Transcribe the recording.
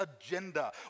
agenda